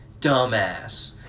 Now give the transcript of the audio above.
Dumbass